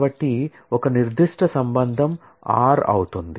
కాబట్టి ఒక నిర్దిష్ట రిలేషన్ R అవుతుంది